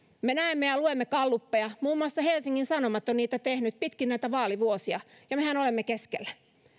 me näemme ja luemme gallupeja muun muassa helsingin sanomat on niitä tehnyt pitkin näitä vaalivuosia ja mehän olemme keskellä